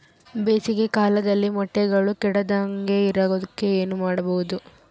ಬೇಸಿಗೆ ಕಾಲದಲ್ಲಿ ಮೊಟ್ಟೆಗಳು ಕೆಡದಂಗೆ ಇರೋಕೆ ಏನು ಮಾಡಬೇಕು?